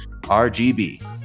RGB